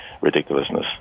ridiculousness